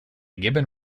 gibbon